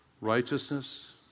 righteousness